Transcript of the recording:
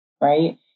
right